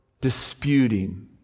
disputing